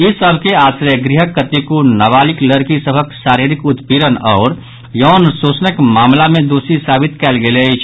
ई सभ के आश्रय गृहक कतेको नाबालिग लड़की सभक शारीरिक उत्पीड़न आओर यौन शोषणक मामिला मे दोषी साबित कयल गेल अछि